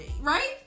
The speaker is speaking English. right